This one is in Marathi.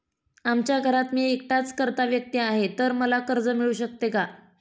आमच्या घरात मी एकटाच कर्ता व्यक्ती आहे, तर मला कर्ज मिळू शकते का?